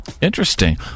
Interesting